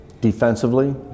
defensively